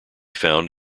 found